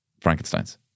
Frankensteins